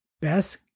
best